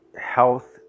health